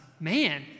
man